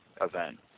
event